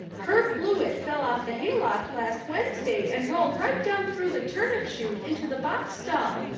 herb blewett fell off the hayloft last wednesday, and rolled right down through the turnip chute into the box stall,